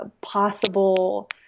possible